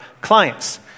clients